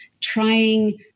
trying